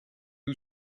who